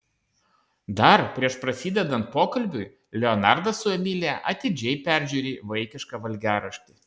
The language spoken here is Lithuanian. dar prieš prasidedant pokalbiui leonardas su emilija atidžiai peržiūri vaikišką valgiaraštį